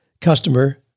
customer